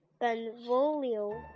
Benvolio